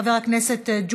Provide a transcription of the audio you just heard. חבר הכנסת יוסף ג'בארין,